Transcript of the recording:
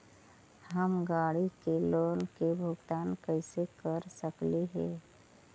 हम गाड़ी के लोन के भुगतान कैसे कर सकली हे?